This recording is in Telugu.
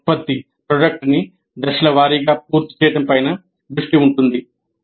ఒక ఉత్పత్తి ని దశలవారీగా పూర్తి చేయడం పైన దృష్టి ఉంటుంది